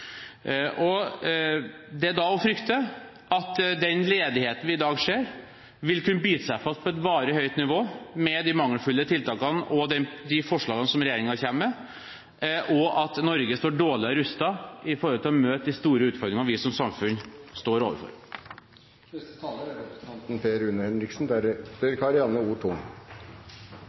Det er da å frykte at den ledigheten vi ser i dag, vil kunne bite seg fast på et varig høyt nivå, med de mangelfulle tiltakene og de forslagene som regjeringen kommer med, og at Norge står dårligere rustet når det gjelder å møte de store utfordringene vi som samfunn står overfor. «Omstilling» er regjeringens honnørord i det politiske ordskiftet. Det er